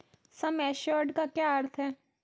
सम assured का क्या अर्थ है?